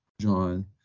John